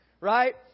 Right